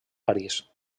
parís